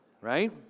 right